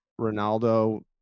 Ronaldo